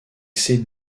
ses